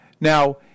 Now